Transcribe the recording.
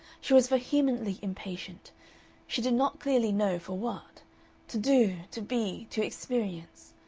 she was vehemently impatient she did not clearly know for what to do, to be, to experience.